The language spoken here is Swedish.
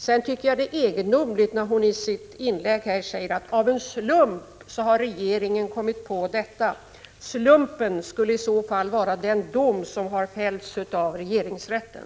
Sedan tycker jag att det är egendomligt när Ingrid Hemmingsson i sitt inlägg här säger att ”av en slump” har regeringen kommit på detta. Slumpen skulle i så fall vara den dom som har fällts av regeringsrätten.